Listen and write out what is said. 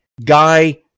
Guy